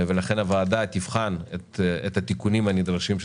ולכן הוועדה תבחן את התיקונים הנדרשים.